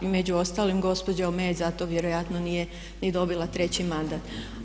A i među ostalim gospođa Omejec za to vjerojatno nije ni dobila treći mandat.